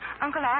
Uncle